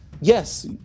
yes